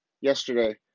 yesterday